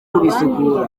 kubisukura